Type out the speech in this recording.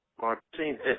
Martinez